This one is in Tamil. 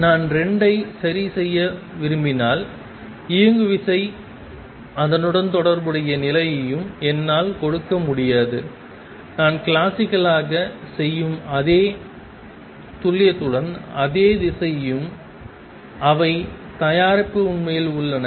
நான் 2 ஐ சரிசெய்ய விரும்பினால் இயங்குவிசை அதனுடன் தொடர்புடைய நிலையையும் என்னால் கொடுக்க முடியாது நான் கிளாசிக்கலாகச் செய்யும் அதே துல்லியத்துடன் அதே திசையும் அவை தயாரிப்பு உண்மையில் உள்ளன